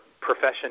profession